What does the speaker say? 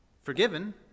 forgiven